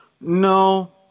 No